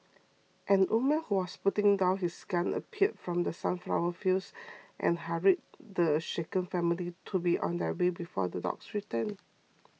an old man who was putting down his gun appeared from the sunflower fields and hurried the shaken family to be on their way before the dogs return